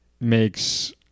makes